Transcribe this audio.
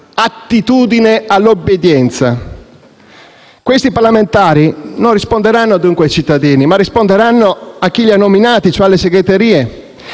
attitudine all'obbedienza. Questi parlamentari risponderanno dunque non ai cittadini, ma a chi li ha nominati, e cioè alle segreterie,